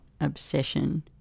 obsession